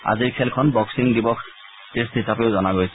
আজিৰ খেলখন বক্সিং দিৱস টেষ্ট হিচাপেও জনা গৈছে